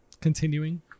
continuing